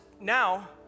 now